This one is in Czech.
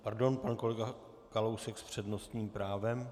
Pardon, pan kolega Kalousek s přednostním právem.